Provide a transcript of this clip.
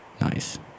Nice